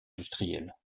industriels